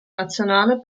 nazione